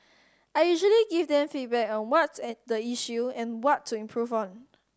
I usually give them feedback on what's the issue and what to improve on